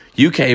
UK